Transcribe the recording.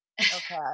okay